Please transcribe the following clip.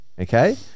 Okay